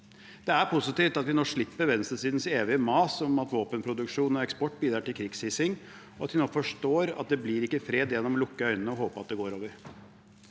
Det er positivt at vi nå slipper venstresidens evige mas om at våpenproduksjon og -eksport bidrar til krigshissing, og at de nå forstår at det ikke blir fred gjennom å lukke øynene og håpe at det går over.